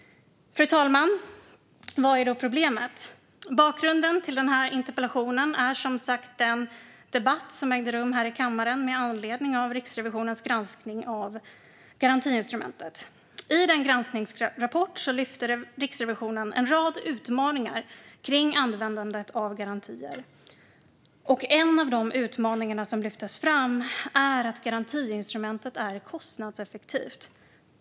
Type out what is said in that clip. Vad är då problemet, fru talman? Bakgrunden till den här interpellationen är som sagt den debatt som ägde rum här i kammaren med anledning av Riksrevisionens granskning av garantiinstrumentet. I granskningsrapporten lyfte Riksrevisionen en rad utmaningar kring användandet av garantier, och en av de utmaningar som lyftes fram är att garantiinstrumentet är kostnadseffektivt.